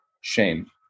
Shame